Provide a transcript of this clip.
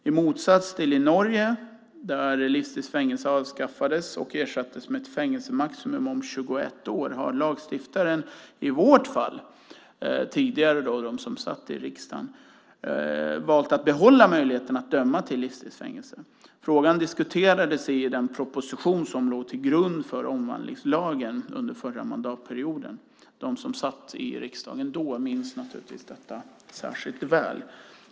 I motsats till Norge där livstids fängelse avskaffades och ersattes med ett fängelsemaximum om 21 år har lagstiftaren i vårt fall, alltså tidigare riksdagsledamöter, valt att behålla möjligheten att döma till livstids fängelse. Frågan diskuterades under förra mandatperioden i den proposition som låg till grund för omvandlingslagen. De som då satt i riksdagen minns detta väl.